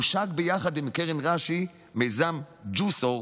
הושק יחד עם קרן רש"י מיזם ג'וסור,